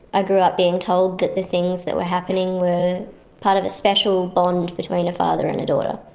i grew up being told that the things that were happening were part of a special bond between father and daughter,